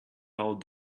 out